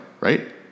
Right